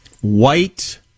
white